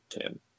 Tim